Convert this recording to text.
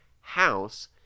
house